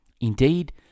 Indeed